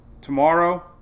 tomorrow